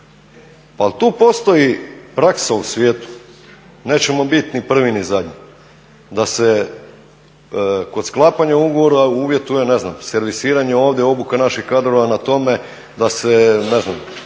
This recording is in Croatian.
ali tu postoji praksa u svijetu, nećemo biti ni prvi ni zadnji da se kod sklapanja ugovora uvjetuje servisiranje ovdje, obuka naših kadrova na tome da se dijelovi,